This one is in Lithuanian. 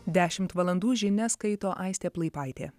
dešimt valandų žinias skaito aistė plaipaitė